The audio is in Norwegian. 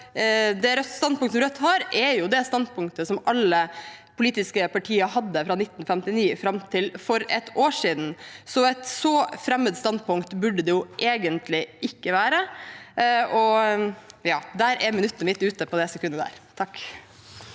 Det standpunktet Rødt har, er det standpunktet alle politiske partier hadde fra 1959 fram til for et år siden. Så et så fremmed standpunkt burde det egentlig ikke være. Og der, i det sekundet, var